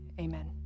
amen